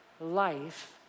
life